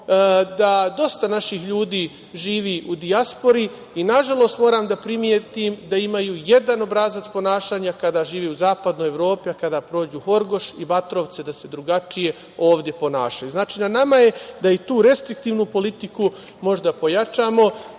da dosta naših ljudi živi u dijaspori. Nažalost, moram da primetim da imaju jedan obrazac ponašanja kada žive u Zapadnoj Evropi, a kada prođu Horgoš i Batrovce drugačije se ovde ponašaju. Znači, na nama je da i tu restriktivnu politiku možda pojačamo